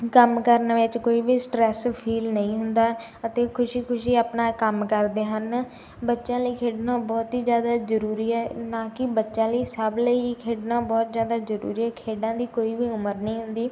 ਕੰਮ ਕਰਨ ਵਿੱਚ ਕੋਈ ਵੀ ਸਟਰੈਸ ਫੀਲ ਨਹੀਂ ਹੁੰਦਾ ਅਤੇ ਖੁਸ਼ੀ ਖੁਸ਼ੀ ਆਪਣਾ ਕੰਮ ਕਰਦੇ ਹਨ ਬੱਚਿਆਂ ਲਈ ਖੇਡਣਾ ਬਹੁਤ ਹੀ ਜ਼ਿਆਦਾ ਜ਼ਰੂਰੀ ਹੈ ਨਾ ਕਿ ਬੱਚਿਆਂ ਲਈ ਸਭ ਲਈ ਹੀ ਖੇਡਣਾ ਬਹੁਤ ਜ਼ਿਆਦਾ ਜ਼ਰੂਰੀ ਹੈ ਖੇਡਾਂ ਦੀ ਕੋਈ ਵੀ ਉਮਰ ਨਹੀਂ ਹੁੰਦੀ